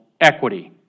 equity